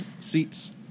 seats